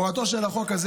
הורתו של החוק הזה